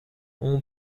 اون